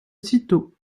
cîteaux